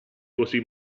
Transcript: così